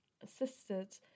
assisted